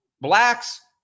Blacks